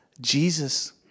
Jesus